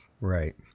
Right